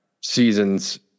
seasons